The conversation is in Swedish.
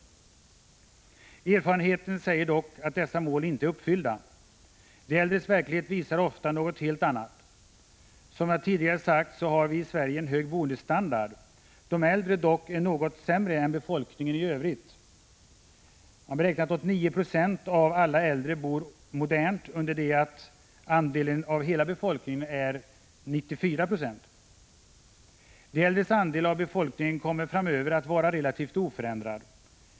Erfarenheten säger dock att dessa mål inte är uppfyllda. De äldres verklighet visar ofta något helt annat. Som jag tidigare sagt så har vi i Sverige en hög boendestandard — de äldre dock en något sämre än befolkningen i Övrigt. 89 96 av alla äldre bor modernt, under det att andelen av hela befolkningen är 94 96. De äldres andel av befolkningen kommer framöver att vara relativt oförändrad.